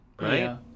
right